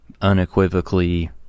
unequivocally